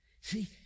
See